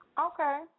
Okay